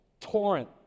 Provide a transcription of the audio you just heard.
torrent